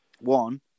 One